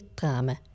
drama